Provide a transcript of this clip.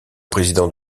président